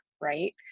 Right